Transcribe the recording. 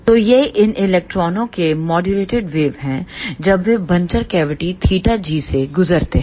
तो यह इन इलेक्ट्रॉनों के माड्यूलेटेड वेव है जब वे वनचर कैविटी θgसे गुजरते हैं